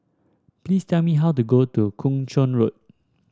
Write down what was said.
please tell me how to go to Kung Chong Road